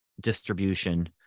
distribution